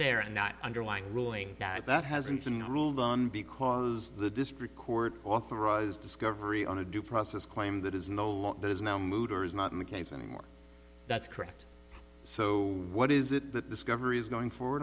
there and not underlying ruling that that hasn't been ruled on because the dis record authorizes discovery on a due process claim that is no there is no mood or is not in the case anymore that's correct so what is that discovery is going for